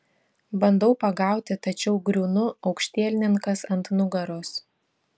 bandau pagauti tačiau griūnu aukštielninkas ant nugaros